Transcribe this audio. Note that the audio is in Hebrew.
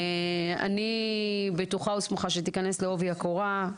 אני בטוחה וסמוכה שתיכנס לעובי הקורה,